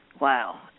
Wow